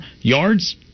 yards